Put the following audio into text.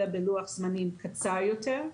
אלא בלוח זמנים קצר יותר.